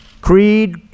creed